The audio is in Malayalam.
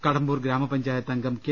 കടമ്പൂർ ഗ്രാമപഞ്ചായത്ത് അംഗം കെ